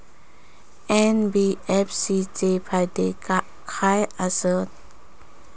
NBFC चे फायदे खाय आसत?